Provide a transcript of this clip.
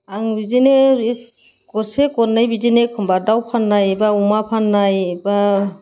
आं बिदिनो गरसे गरनै बिदिनो एखनबा दाउ फाननाय एबा अमा फाननाय एबा